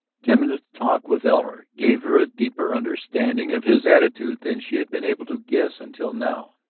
ten minutes' talk with elmer gave her a deeper understanding of his attitude than she had been able to guess until now.